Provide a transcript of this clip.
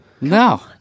No